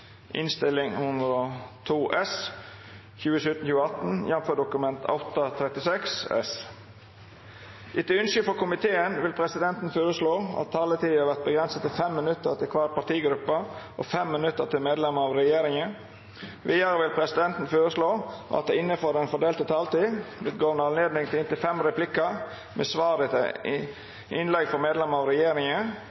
Etter ønske frå næringskomiteen vil presidenten føreslå at taletida vert avgrensa til 5 minutt til kvar partigruppe og 5 minutt til medlemer av regjeringa. Vidare vil presidenten føreslå at det – innanfor den fordelte taletida – vert gjeve høve til replikkordskifte med inntil fem replikkar med svar etter